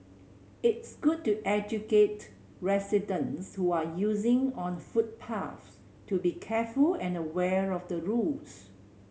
it's good to educate residents who are using on footpaths to be careful and aware of the rules